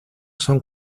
son